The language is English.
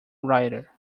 rider